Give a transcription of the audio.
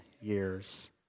years